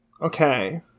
Okay